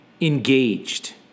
engaged